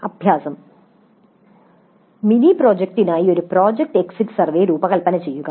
അഭ്യാസം മിനി പ്രോജക്റ്റിനായി ഒരു പ്രോജക്റ്റ് എക്സിറ്റ് സർവേ രൂപകൽപ്പന ചെയ്യുക